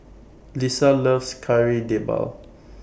Lissa loves Kari Debal